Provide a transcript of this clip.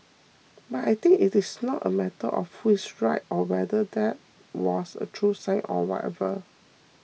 but I think it is not a matter of who is right or whether that was a true sign or whatever